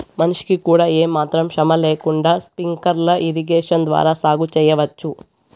మనిషికి కూడా ఏమాత్రం శ్రమ లేకుండా స్ప్రింక్లర్ ఇరిగేషన్ ద్వారా సాగు చేయవచ్చు